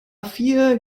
vier